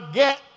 get